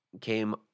came